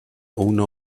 owner